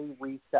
reset